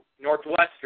Northwestern